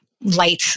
light